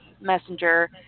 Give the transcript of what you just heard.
Messenger